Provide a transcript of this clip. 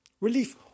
Relief